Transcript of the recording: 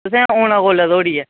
तुसें औना कोल्ले धोड़ी ऐ